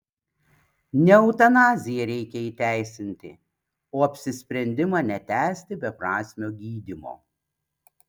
ne eutanaziją reikia įteisinti o apsisprendimą netęsti beprasmio gydymo